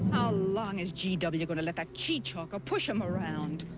long is g w. going to let that cheechako push him around?